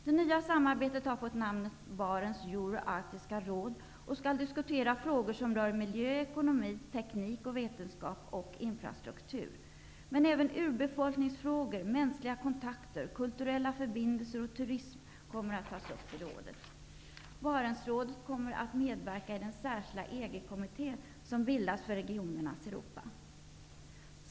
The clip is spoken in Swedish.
Det nya samarbetet har fått namnet Barents Euro-Arktiska råd och skall diskutera frågor som rör miljö, ekonomi, teknik, vetenskap och infrastruktur. Även urbefolkningsfrågor, mänskliga kontakter, kulturella förbindelser och turism kommer att tas upp i rådet. Barentsrådet kommer att medverka i den särskilda EG-kommitté som bildas för regionernas Europa.